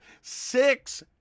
six